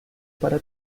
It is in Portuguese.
para